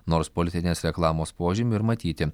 nors politinės reklamos požymių ir matyti